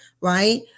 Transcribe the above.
Right